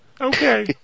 Okay